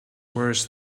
worse